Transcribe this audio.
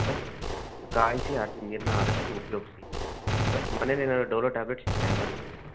ಕಾಯಿಸಿ ಆರ್ಸಿದ ನೀರನ್ನ ಆದಷ್ಟು ಉಪಯೋಗ್ಸಿ ಹಾಂ ಮನೇಲಿ ಏನಾದ್ರು ಡೋಲೋ ಟ್ಯಾಬ್ಲೆಟ್ಸ್ ಇದೆಯಾ ಎಮರ್ಜೆನ್ಸಿಗೆ